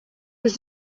was